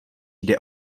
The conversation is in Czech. jde